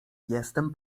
jestem